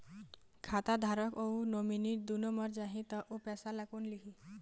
खाता धारक अऊ नोमिनि दुनों मर जाही ता ओ पैसा ला कोन लिही?